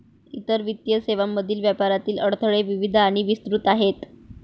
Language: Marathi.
इतर वित्तीय सेवांमधील व्यापारातील अडथळे विविध आणि विस्तृत आहेत